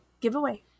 giveaway